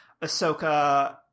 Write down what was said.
Ahsoka